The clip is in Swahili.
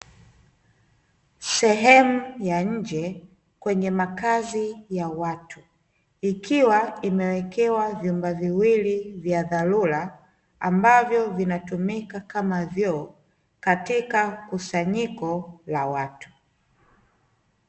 Sehemu ya nje kwenye makazi ya watu, ikiwa imewekewa vyumba viwili vya dharura ambavyo vinatumika kama vyoo katika kusanyiko la watu.